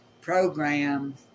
programs